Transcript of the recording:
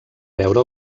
veure